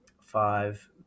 five